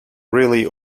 really